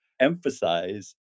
emphasize